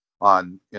on